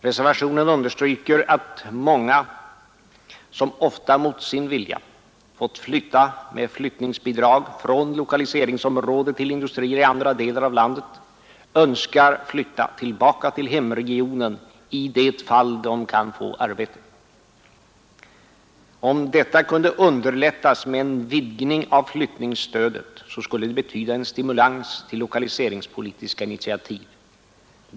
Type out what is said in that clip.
Reservationen understryker att många som ofta mot sin vilja fått flytta med flyttningsbidrag från lokaliseringsområde till industrier i andra delar av landet önskar flytta tillbaka till hemregionen i det fall de kan få arbete. Om detta kunde underlättas med en vidgning av flyttningsstödet så skulle det betyda en stimulans till lokaliseringspolitiska initiativ.